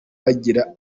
bagira